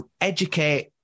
educate